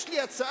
יש לי הצעה,